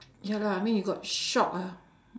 ya lah I mean you got shock ah